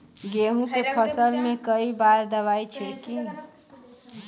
गेहूँ के फसल मे कई बार दवाई छिड़की?